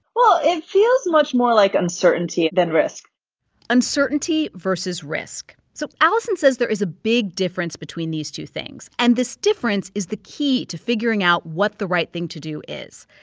well, it feels much more like uncertainty than risk uncertainty versus risk so allison says there is a big difference between these two things. and this difference is the key to figuring out what the right thing to do is.